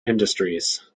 industries